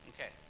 Okay